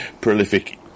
prolific